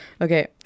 okay